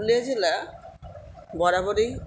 পুরুলিয়া জেলা বরাবরই